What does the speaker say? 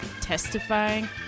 testifying